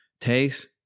taste